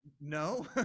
no